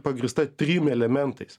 pagrįsta trim elementais